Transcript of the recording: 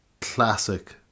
classic